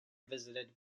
visited